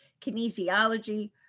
kinesiology